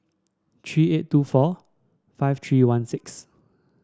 three eight two four five three one six